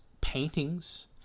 paintings